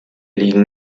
liegen